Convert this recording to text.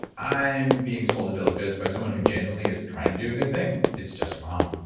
i'm being sold a bill of goods by someone who generally is trying to do a good thing. it's just wrong.